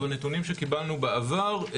אבל נתונים שקיבלנו בעבר,